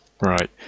Right